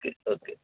जी okay